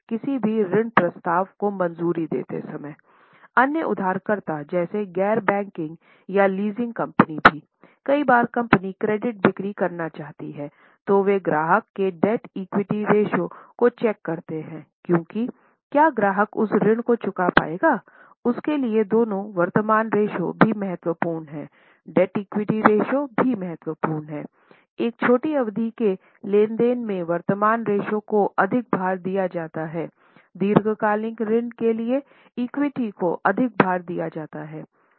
एक छोटी अवधि के लेन देन में वर्तमान रेश्यो को अधिक भार दिया जाता है दीर्घकालिक ऋण के लिए इक्विटी को अधिक भार दिया जाता है